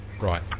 Right